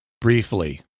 Briefly